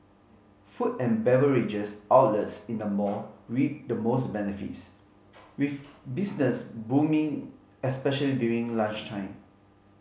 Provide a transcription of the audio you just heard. food and beverages outlets in the mall reaped the most benefits with business booming especially during lunchtime